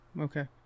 Okay